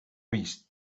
vist